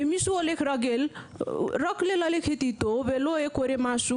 ומי שהולך רגיל ורק צריך ללכת איתו ולא מקרה מורכב,